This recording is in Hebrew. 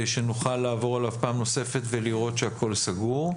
שנוכל לעבור עליו פעם נוספת ולראות שהכול סגור.